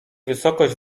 wysokość